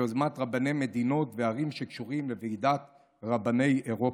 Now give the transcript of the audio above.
ביוזמת רבני מדינות וערים שקשורים לוועידת רבני אירופה,